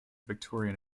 victorian